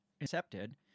Accepted